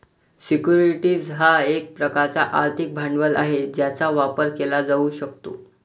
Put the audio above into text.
securities हा एक प्रकारचा आर्थिक भांडवल आहे ज्याचा व्यापार केला जाऊ शकतो